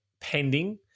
pending